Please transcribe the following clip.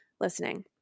listening